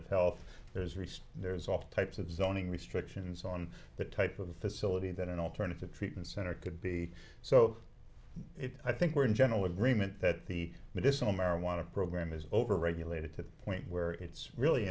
of health there's reste there's off types of zoning restrictions on that type of facility that an alternative treatment center could be so i think we're in general agreement that the medicinal marijuana program is over regulated to the point where it's really